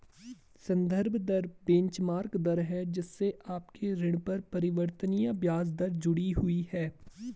संदर्भ दर बेंचमार्क दर है जिससे आपके ऋण पर परिवर्तनीय ब्याज दर जुड़ी हुई है